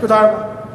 תודה רבה.